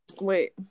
Wait